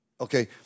Okay